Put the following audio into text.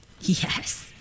yes